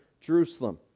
Jerusalem